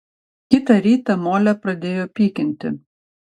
kitą rytą molę pradėjo pykinti